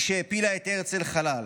המחלוקת היא שהפילה את הרצל חלל.